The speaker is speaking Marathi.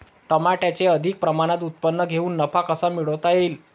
टमाट्याचे अधिक प्रमाणात उत्पादन घेऊन नफा कसा मिळवता येईल?